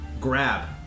grab